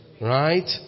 right